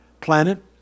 planet